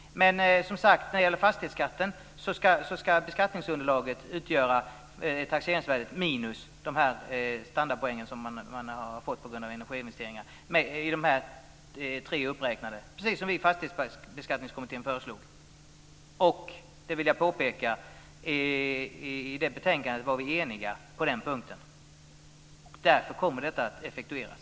När det gäller fastighetsskatten ska beskattningsunderlaget utgöra taxeringsvärdet minus de standardpoäng som man har fått på grund av energiinvesteringar. Det är precis det vi i Fastighetsbeskattningskommittén har föreslagit. Dessutom vill jag påpeka att vi var eniga på den punkten i det betänkandet. Därför kommer detta att effektueras.